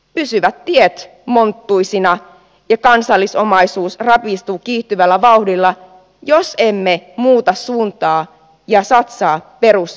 pysyvät tiet monttuisina ja kansallisomaisuus rapistuu kiihtyvällä vauhdilla jos emme muuta suuntaa ja satsaa perusväylänpitoon